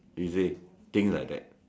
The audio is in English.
is it things like that